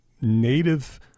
native